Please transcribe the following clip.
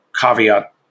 caveat